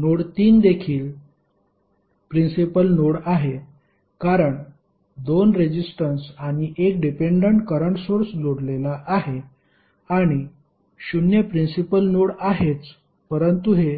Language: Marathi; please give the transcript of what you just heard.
नोड 3 देखील प्रिन्सिपल नोड आहे कारण दोन रेजिस्टन्स आणि 1 डिपेंडेंट करंट सोर्स जोडलेला आहे आणि 0 प्रिन्सिपल नोड आहेच परंतु हे